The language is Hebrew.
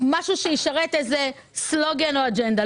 למשהו שישרת איזה סלוגן או אג'נדה.